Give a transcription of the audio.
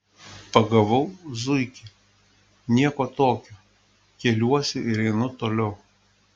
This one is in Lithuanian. pagavau zuikį nieko tokio keliuosi ir einu toliau